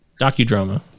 docudrama